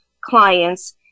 clients